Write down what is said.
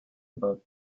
above